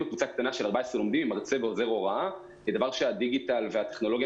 בקבוצה קטנה של 14 לומדים עם מרצה ועוזר הוראה דבר שהדיגיטל והטכנולוגיה